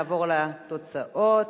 נעבור לתוצאות: